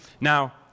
Now